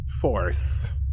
force